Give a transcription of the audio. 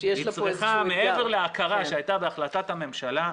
מעבר להכרה שהייתה בהחלטת הממשלה,